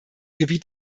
gebiet